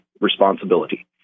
responsibility